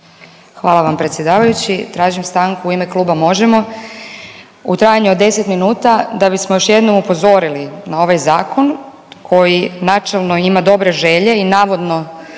Hvala vam predsjedavajući. Tražim stanku u ime Kluba Možemo! u trajanju od 10 minuta da bismo još jednom upozorili na ovaj Zakon koji načelno ima dobre želje i navodno